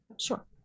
Sure